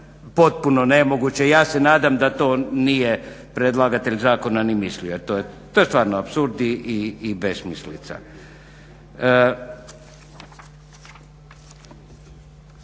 potpuno nemoguće, ja se nadam da to nije predlagatelj zakona ni mislio. To je stvarno apsurd i besmislica.